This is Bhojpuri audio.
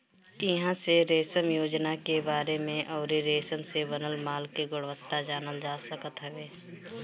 इहां से रेशम योजना के बारे में अउरी रेशम से बनल माल के गुणवत्ता जानल जा सकत हवे